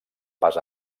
pas